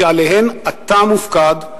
שעליהן אתה מופקד,